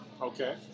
Okay